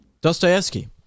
Dostoevsky